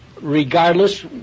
regardless